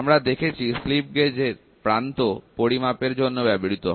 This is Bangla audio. আমরা দেখেছি স্লিপ গেজ প্রান্ত পরিমাপের জন্য ব্যবহৃত হয়